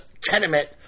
tenement